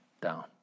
down